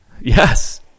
Yes